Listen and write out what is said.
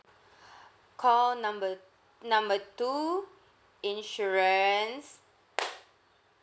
call number number two insurance